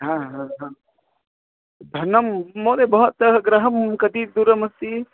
हा हा हा धनं महोदय भवतः गृहं कति दूरमस्ति